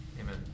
Amen